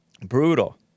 Brutal